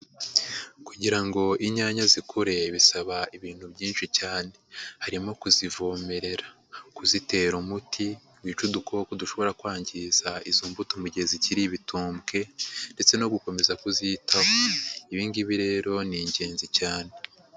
Kugira ngo inyanya zikure bisaba ibintu byinshi cyane harimo kuzivomerera, kuzitera umuti wica udukoko dushobora kwangiza izo mbuto mu gihe zikiri ibitombwe ndetse no gukomeza kuziyitaho, ibi ngibi rero ni ingenzi cyane.